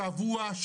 שבוע,